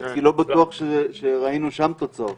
מיטבית, כי לא בטוח שראינו שם תוצאות.